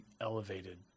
elevated